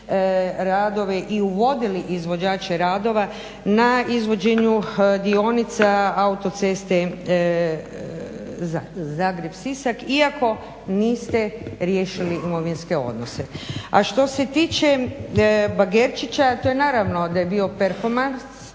radove i uvodili izvođače radova na izvođenju dionica autoceste Zagreb-Sisak iako niste riješili imovinske odnose. A što se tiče bagerčića to naravno da je bio performans